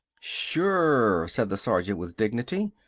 sure! said the sergeant with dignity.